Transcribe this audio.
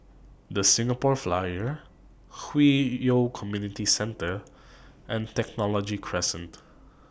The Singapore Flyer Hwi Yoh Community Centre and Technology Crescent